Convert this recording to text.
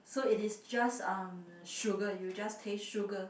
so it is just uh sugar you just taste sugar